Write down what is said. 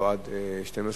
לא עד 00:30,